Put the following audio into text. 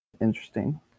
Interesting